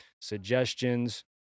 suggestions